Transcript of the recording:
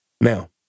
Now